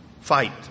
fight